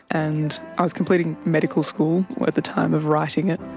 and i was completing medical school at the time of writing it.